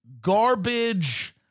garbage